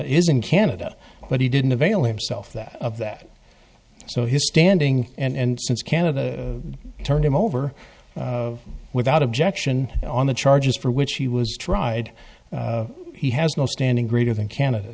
is in canada but he didn't avail himself that of that so his standing and since canada turned him over without objection on the charges for which he was tried he has no standing greater than canada